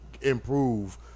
improve